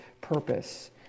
purpose